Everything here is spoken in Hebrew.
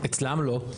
אצלם לא.